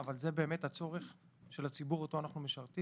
אבל זה באמת הצורך של הציבור אותו אנחנו משרתים,